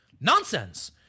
Nonsense